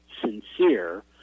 sincere